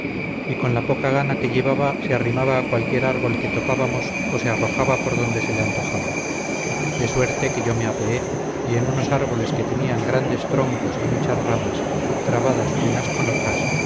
y con la poca gana que llevaba se arrimaba a cualquier árbol que topábamos o se arrojaba por donde se le antojaba de suerte que yo me apeé y en unos árboles que tenían grandes troncos y muchas ramas trabadas unas con otras